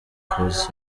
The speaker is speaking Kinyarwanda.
ecosse